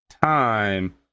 time